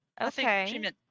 Okay